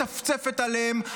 מצפצפת עליהם,